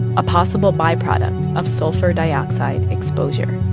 a possible byproduct of sulfur dioxide exposure.